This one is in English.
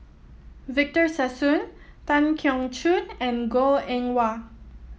Victor Sassoon Tan Keong Choon and Goh Eng Wah